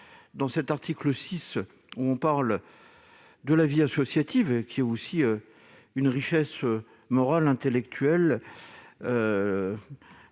L'article 6 parle de la vie associative, qui est aussi une richesse morale, intellectuelle.